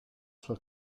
sua